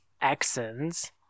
accents